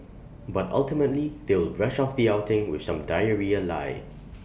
but ultimately they'll brush off the outing with some diarrhoea lie